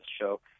show